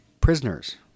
prisoners